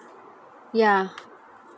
ya